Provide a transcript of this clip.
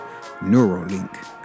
Neuralink